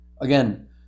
Again